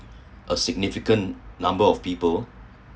a significant number of people